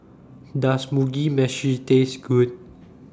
Does Mugi Meshi Taste Good